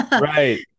right